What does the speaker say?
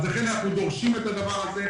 לכן אנחנו דורשים את הדבר הזה,